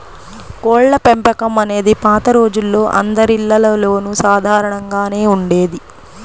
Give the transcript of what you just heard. కోళ్ళపెంపకం అనేది పాత రోజుల్లో అందరిల్లల్లోనూ సాధారణంగానే ఉండేది